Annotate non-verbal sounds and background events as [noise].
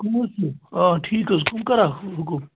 [unintelligible] آ ٹھیٖک حظ کَم کران حُکُم